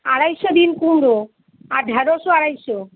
আড়াইশো দিন কুমড়ো আর ঢ্যাঁড়শও আড়াইশো